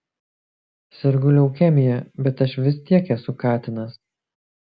sergu leukemija bet aš vis tiek esu katinas